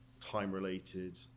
time-related